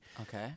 Okay